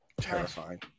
terrifying